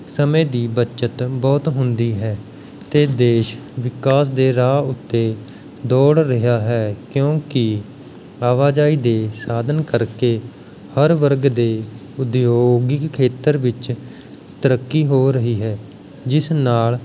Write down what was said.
ਸਮੇਂ ਦੀ ਬੱਚਤ ਬਹੁਤ ਹੁੰਦੀ ਹੈ ਅਤੇ ਦੇਸ਼ ਵਿਕਾਸ ਦੇ ਰਾਹ ਉੱਤੇ ਦੌੜ ਰਿਹਾ ਹੈ ਕਿਉਂਕਿ ਆਵਾਜਾਈ ਦੇ ਸਾਧਨ ਕਰਕੇ ਹਰ ਵਰਗ ਦੇ ਉਦਯੋਗਿਕ ਖੇਤਰ ਵਿੱਚ ਤਰੱਕੀ ਹੋ ਰਹੀ ਹੈ ਜਿਸ ਨਾਲ਼